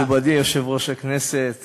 מכובדי יושב-ראש הכנסת